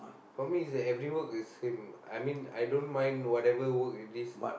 for me is like every work is same I mean I don't mind whatever work with this